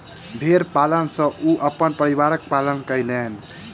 भेड़ पालन सॅ ओ अपन परिवारक पालन कयलैन